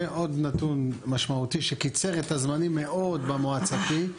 ועוד נתון משמעותי שקיצר את הזמנים מאוד במועצתי,